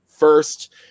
first